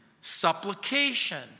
supplication